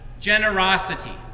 generosity